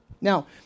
Now